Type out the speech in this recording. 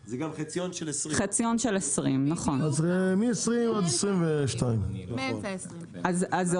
זה גם חציון של 2020. אז מ- 2020 עד 2022. אז זה